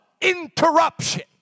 interruption